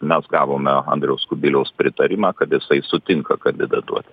mes gavome andriaus kubiliaus pritarimą kad jisai sutinka kandidatuoti